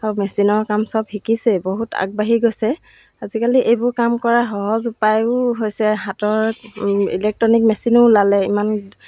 আৰু মেচিনৰ কাম সব শিকিছে বহুত আগবাঢ়ি গৈছে আজিকালি এইবোৰ কাম কৰা সহজ উপায়ো হৈছে হাতৰ ইলেক্ট্ৰনিক মেচিনো ওলালে ইমান